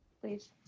please